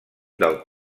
del